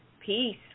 Peace